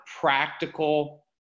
practical